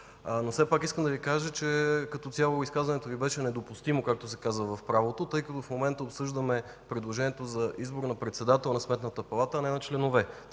Все пак искам да Ви кажа, че като цяло изказването Ви беше недопустимо, както се казва в правото, тъй като в момента обсъждаме предложението за избор на председател на Сметната палата, а не на членове.